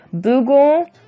Google